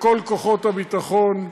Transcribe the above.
לכל כוחות הביטחון,